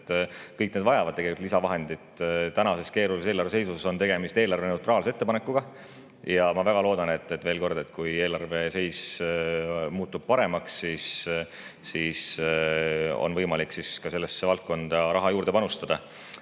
hooldusega, vajavad lisavahendeid. Praeguses keerulises seisus on tegemist eelarveneutraalse ettepanekuga. Ja ma väga loodan, veel kord, et kui eelarve seis muutub paremaks, siis on võimalik ka sellesse valdkonda raha juurde panustada.